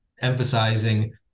emphasizing